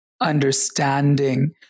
understanding